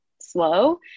slow